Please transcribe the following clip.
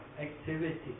activity